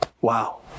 Wow